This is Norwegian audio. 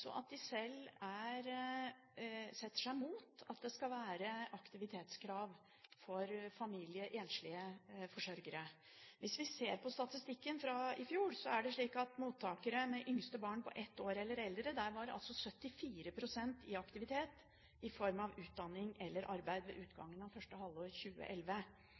at de selv setter seg mot at det skal være aktivitetskrav for familier med enslige forsørgere. Hvis vi ser på statistikken fra i fjor, er det slik at når det gjaldt mottakere med yngste barn på ett år eller eldre, var 74 pst. i aktivitet i form av utdanning eller arbeid ved utgangen av første halvår 2011.